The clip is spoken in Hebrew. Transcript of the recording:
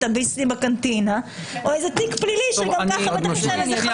את הביסלי בקנטינה או איזה תיק פלילי שגם ככה --- חד-משמעית.